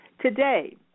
Today